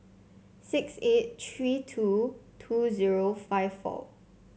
six eight three two two zero five four